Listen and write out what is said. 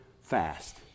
fast